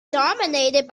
dominated